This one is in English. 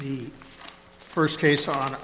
the first case on